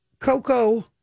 Coco